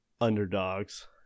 underdogs